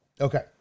Okay